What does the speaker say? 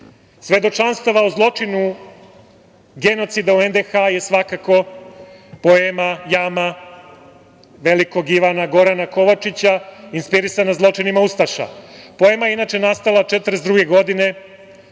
svedočanstava o zločinu genocida u NDH je svakako poema „Jama“ velikog Ivana Gorana Kovačića, inspirisana zločinima ustaša. Poema je inače nastala 1942. godine,